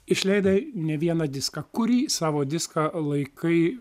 išleidai ne vieną diską kurį savo diską laikai